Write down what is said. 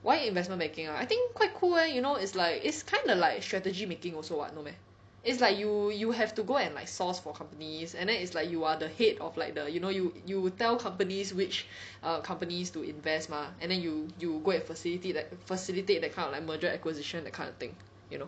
why investment banking ah I think quite cool leh you know it's like it's kinda like strategy making also what no meh it's like you you have to go and like source for companies and then it's like you are the head of like the you know you you tell companies which err companies to invest mah and then you you go and facilita~ that facilitate that kind of like merger acquisition that kind of thing you know